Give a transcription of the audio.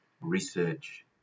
research